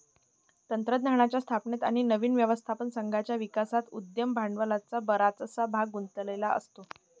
तंत्रज्ञानाच्या स्थापनेत आणि नवीन व्यवस्थापन संघाच्या विकासात उद्यम भांडवलाचा बराचसा भाग गुंतलेला असतो